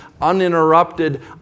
uninterrupted